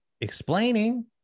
explaining